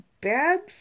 bad